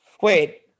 Wait